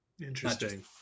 interesting